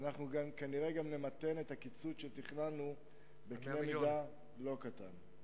ואנחנו כנראה גם נמתן את הקיצוץ שתכננו בקנה-מידה לא קטן.